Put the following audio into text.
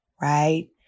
right